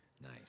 Nice